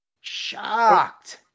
Shocked